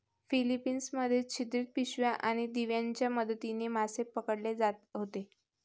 Philippines मध्ये छिद्रित पिशव्या आणि दिव्यांच्या मदतीने मासे पकडले जात होते